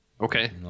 okay